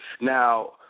Now